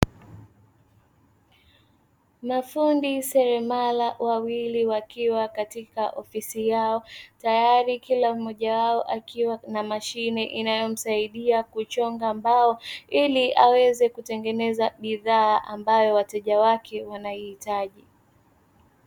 Mafundi seremala wawili wakiwa katika ofisi yao tayati kila mmoja wao akiwa na mashine inayomsaidia kuchonga mbao ili aweze kutengeneza bidhaa ambayo wateja wake wanaihitaji.